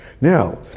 Now